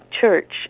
church